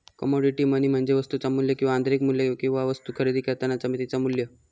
commodity money म्हणजे वस्तुचा मू्ल्य किंवा आंतरिक मू्ल्य किंवा वस्तु खरेदी करतानाचा तिचा मू्ल्य